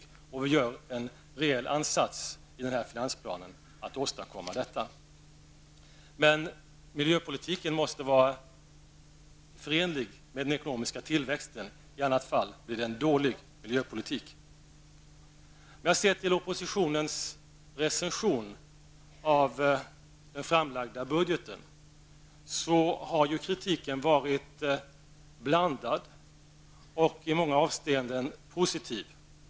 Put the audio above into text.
I den här finansplanen har vi gjort en rejäl ansats för att åstadkomma detta. Men miljöpolitiken måste vara förenlig med den ekonomiska tillväxten. I annat fall blir det en dålig miljöpolitik. Om man ser på oppositionens recension av den framlagda budgeten kan man säga att kritiken har varit blandad och i många avseenden positiv.